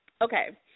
Okay